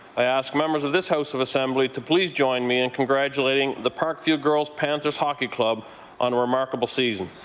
i ask members of this house of assembly to please join me in congratulating the parkview girls panther hockey club on a remarkable season.